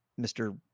Mr